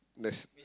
nash~